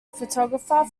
photographer